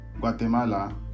Guatemala